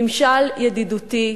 ממשל ידידותי,